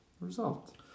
result